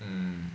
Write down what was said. mm